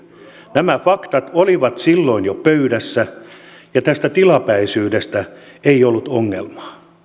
nämä faktat olivat jo silloin pöydässä ja tästä tilapäisyydestä ei ollut ongelmaa